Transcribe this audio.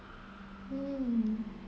hmm